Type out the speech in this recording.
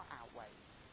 outweighs